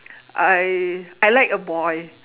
I I like a boy